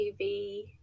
TV